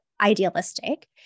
idealistic